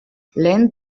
lehen